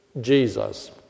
Jesus